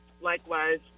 likewise